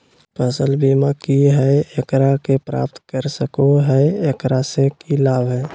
फसल बीमा की है, एकरा के प्राप्त कर सको है, एकरा से की लाभ है?